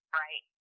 right